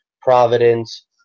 providence